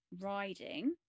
riding